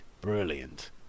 Brilliant